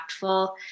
impactful